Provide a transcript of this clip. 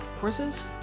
courses